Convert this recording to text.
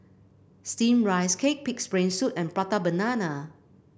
steamed Rice Cake pig's brain soup and Prata Banana